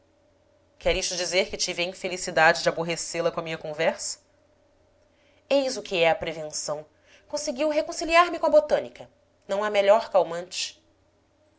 quer isto dizer que tive a infelicidade de aborrecê la com a minha conversa eis o que é a prevenção conseguiu reconciliar-me com a botânica não há melhor calmante